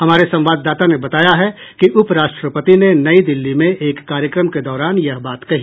हमारे संवाददाता ने बताया है कि उपराष्ट्रपति ने नई दिल्ली में एक कार्यक्रम के दौरान यह बात कही